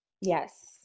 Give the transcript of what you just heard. Yes